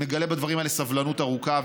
אני מגלה בדברים האלה סבלנות ארוכה,